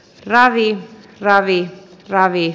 ravit ravi ravi